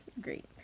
great